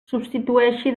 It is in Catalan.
substitueixi